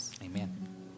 Amen